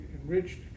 enriched